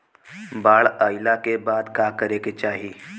बाढ़ आइला के बाद का करे के चाही?